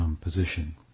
position